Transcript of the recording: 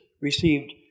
received